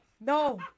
No